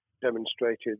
demonstrated